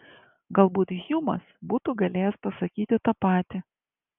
galbūt hjumas būtų galėjęs pasakyti tą patį